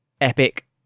Epic